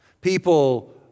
People